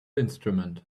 instrument